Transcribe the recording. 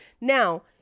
Now